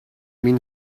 mean